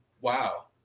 Wow